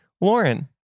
Lauren